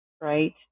right